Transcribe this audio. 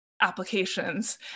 applications